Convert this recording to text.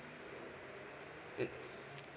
mm